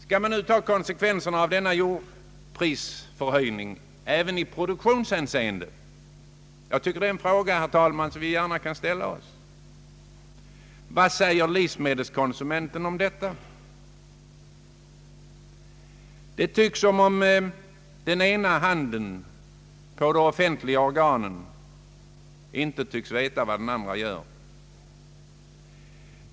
Skall man nu ta konsekvenserna av denna jordprisförhöjning även i produktionshänseende? Jag tycker att det är en fråga som vi bör ställa oss. Vad säger livsmedelskonsumenterna om detta? Det tycks som om de offentliga organens ena hand inte vet vad den andra gör.